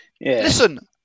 listen